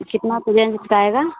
वह कितना तक रेन्ज का आएगा और